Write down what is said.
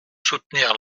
soutenir